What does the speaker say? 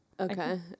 okay